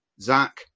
Zach